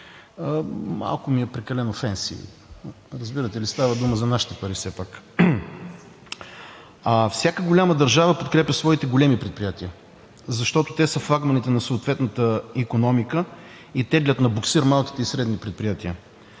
Малко ми е прекалено фенси, разбирате ли? Става дума за нашите пари все пак. Всяка голяма държава подкрепя своите големи предприятия, защото те са флагманите на съответната икономика и теглят на буксир малките и средни предприятия.